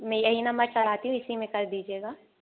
मैं यही नंबर चलाती हूँ इसी में कर दीजिएगा